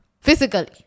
Physically